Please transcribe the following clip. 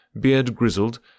beard-grizzled